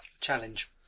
challenge